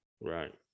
Right